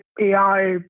AI